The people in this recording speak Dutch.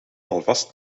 alvast